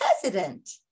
president